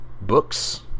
books